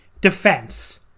defense